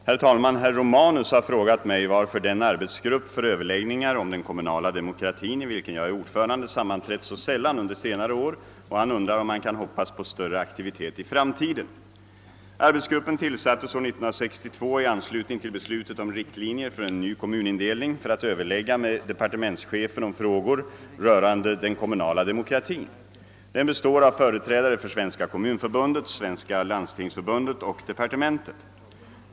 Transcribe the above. Herr talman! Herr Romanus har frågat mig varför den arbetsgrupp för överläggningar om den kommunala demokratin i vilken jag är ordförande sammanträtt så sällan under senare år och han undrar om man kan hoppas på större aktivitet i framtiden. Arbetsgruppen tillsattes år 1962 i anslutning till beslutet om riktlinjer för en ny kommunindelning för att överlägga med departementschefen om frågor rörande den kommunala demokratin. Den består av företrädare för Svenska kommunförbundet, Svenska landstingsförbundet och departementet.